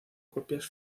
copias